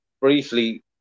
briefly